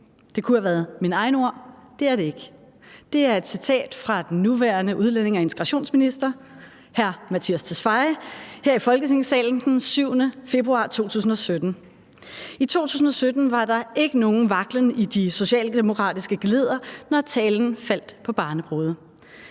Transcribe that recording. Det kunne have været mine egne ord, men det er det ikke. Det er et citat fra den nuværende udlændinge- og integrationsministeren, hr. Mattias Tesfaye, her i Folketingssalen den 7. februar 2017. I 2017 var der ikke nogen vaklen i de socialdemokratiske geledder, når talen faldt på barnebrude.